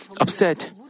upset